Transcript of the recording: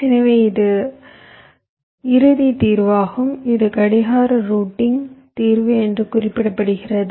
எனவே இது இறுதி தீர்வாகும் இது கடிகார ரூட்டிங் தீர்வு என்று குறிப்பிடப்படுகிறது